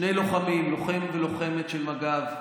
שני לוחמים, לוחם ולוחמת של מג"ב,